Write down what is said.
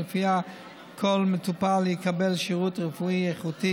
שלפיה כל מטופל יקבל שירות רפואי איכותי